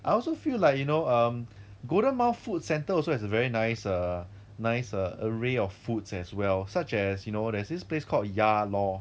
I also feel like you know um golden mile food centre also has a very nice err nice array of foods as well such as you know there's this place called yaloh